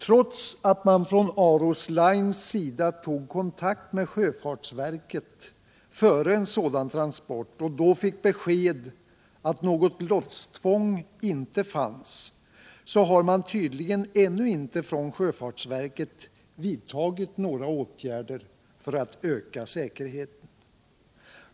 Trots att man från Aros Lines sida tog kontakt med sjöfartsverket före en sådan transport och då fick besked att något lotstvång inte fanns, har tydligen sjöfartsverket ännu inte vidtagit några åtgärder för att öka säkerheten.